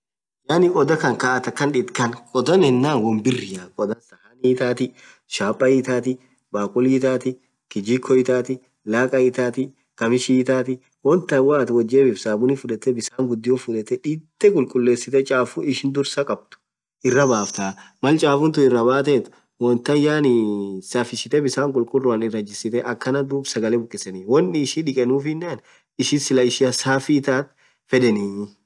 Yaani khodha Khan Kaa athin akha dhith Khan khodha yenen wonn birriaa khodan sahani ithathi chapaa hii ithathi bhakuli hii ithathi kijiko hiii ithathi lakha hii ithathi khamish hii ithathi won than woathin woth jibifthu sabbuni fudhethi bisan ghudio fudhethe dhitheee khulkhullesith chafuu ishin dhursaa khabdhu irra bafthaa malchafutun iraah bathethu wonn than safishetthe bisan khulkhulaan irra jisithe akhan dhub sagale bhukisen wonn ishii dhikenufenan ishi Sila ishia safi thathu fedheni